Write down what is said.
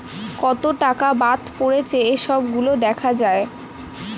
কত টাকা বাদ পড়েছে এই সব গুলো দেখা যায়